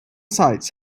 sites